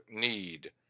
need